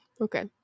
okay